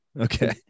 Okay